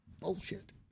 bullshit